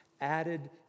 added